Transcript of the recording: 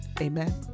Amen